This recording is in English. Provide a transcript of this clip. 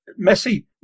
Messi